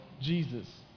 Jesus